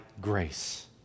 grace